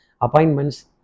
appointments